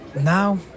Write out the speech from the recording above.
Now